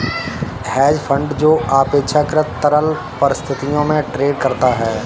hedge fund जो अपेक्षाकृत तरल परिसंपत्तियों में ट्रेड करता है